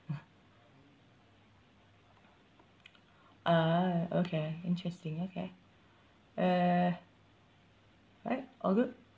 ah okay interesting okay uh right all good